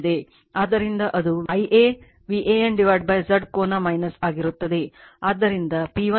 ಆದ್ದರಿಂದ ಅದು Ia VAN Z ಕೋನ ಆಗಿರುತ್ತದೆ